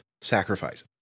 sacrifices